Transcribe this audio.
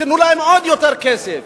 תנו להם עוד יותר כסף.